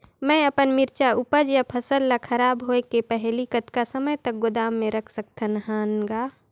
मैं अपन मिरचा ऊपज या फसल ला खराब होय के पहेली कतका समय तक गोदाम म रख सकथ हान ग?